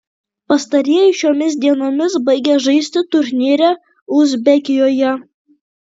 pastarieji šiomis dienomis baigia žaisti turnyre uzbekijoje